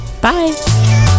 Bye